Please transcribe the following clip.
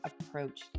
approach